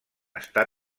està